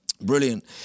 Brilliant